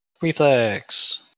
Reflex